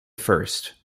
first